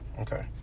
Okay